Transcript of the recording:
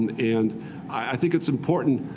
and and i think it's important,